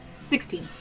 Sixteen